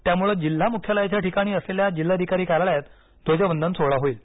त्यामुळे जिल्हा मुख्यालयाच्या ठिकाणी असलेल्या जिल्हाधिकारी कार्यालयात ध्वजवंदन सोहळा होईल